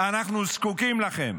אנחנו זקוקים לכם.